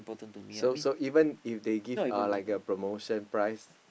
so even if they give a promotion price